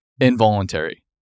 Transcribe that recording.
involuntary